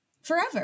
forever